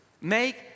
Make